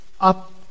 up